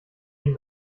ihm